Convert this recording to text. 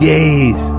Yes